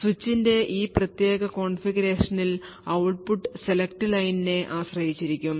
സ്വിച്ചിന്റെ ഈ പ്രത്യേക കോൺഫിഗറേഷനിൽ ഔട്ട്പുട്ട് സെലക്ട് ലൈനിനെ ആശ്രയിച്ചിരിക്കും